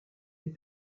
les